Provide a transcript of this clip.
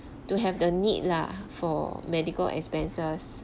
to have the need lah for medical expenses